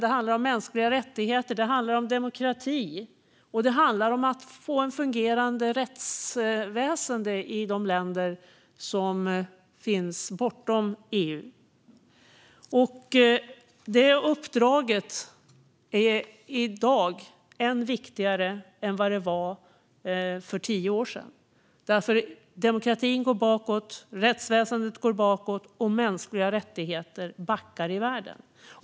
Det handlar om mänskliga rättigheter, det handlar om demokrati och det handlar om att få ett fungerande rättsväsen i de länder som finns bortom EU. Det uppdraget är än viktigare i dag än vad det var för tio år sedan. Demokratin går nämligen bakåt, rättsväsendet går bakåt och mänskliga rättigheter backar i världen.